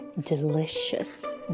delicious